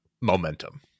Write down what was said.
momentum